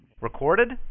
Recorded